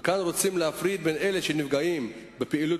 וכאן רוצים להפריד בין אלה שנפגעים בפעילות